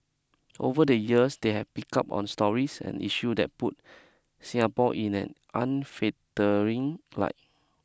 over the years they have pick up on stories and issue that put Singapore in an unflattering light